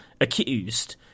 accused